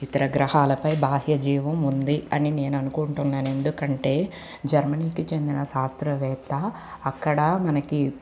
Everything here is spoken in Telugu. ఇతర గ్రహాలపై బాహ్య జీవం ఉంది అని నేను అనుకుంటున్నాను ఎందుకంటే జర్మనీకి చెందిన శాస్త్రవేత్త అక్కడ మనకి